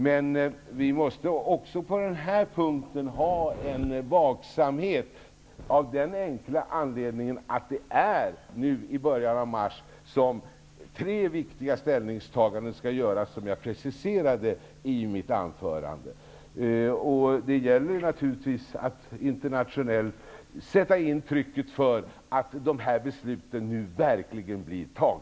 Men vi måste också på den här punkten ha en vaksamhet av den enkla anledningen att det är nu i början av mars som tre viktiga ställningstaganden skall göras, som jag preciserade i mitt anförande. Det gäller naturligtvis att internationellt sätta in trycket för att beslut nu verkligen fattas.